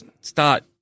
start